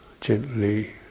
gently